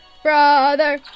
brother